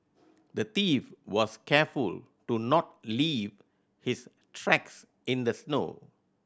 the thief was careful to not leave his tracks in the snow